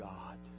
God